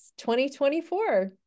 2024